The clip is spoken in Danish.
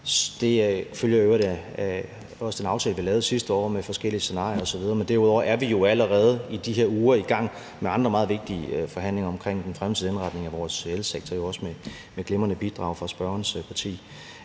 Det følger i øvrigt også af den aftale, vi lavede i sidste år, med forskellige scenarier osv., men derudover er vi jo allerede i de her uger i gang andre, meget vigtige forhandlinger om den fremtidige indretning af vores elsektor – også med glimrende bidrag fra spørgerens parti.